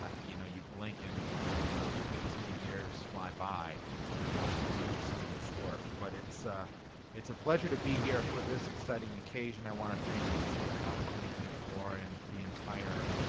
ah you know you blink and fifteen years fly by doing some of this work. but it's ah it's a pleasure to be here for this exciting occasion. i want to thank cornelia orr and the entire